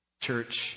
church